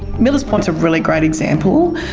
miller's point's a really great example.